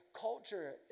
Culture